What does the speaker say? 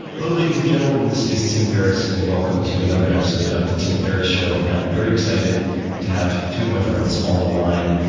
ladies and gentleman, this is tim ferriss, and welcome to another episode of the tim ferriss show. i am very excited to have two of my friends on the line,